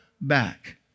back